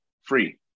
free